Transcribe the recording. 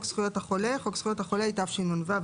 זכויות החולה" חוק זכויות החולה התשנ"ו-1996,